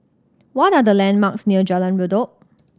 what are the landmarks near Jalan Redop